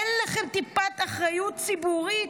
אין לכם טיפה אחריות ציבורית?